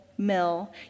mill